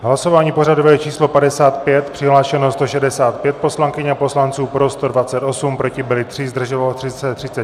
Hlasování pořadové číslo 55, přihlášeno 165 poslankyň a poslanců, pro 128, proti byli 3, zdrželo se 34.